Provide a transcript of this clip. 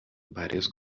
varios